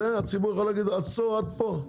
על זה הציבור יכול להגיד: עצור, עד פה.